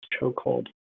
chokehold